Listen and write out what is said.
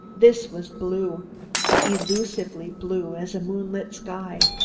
this was blue elusively blue as a moonlit sky.